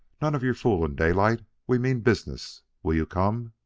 none of your foolin, daylight. we mean business. will you come?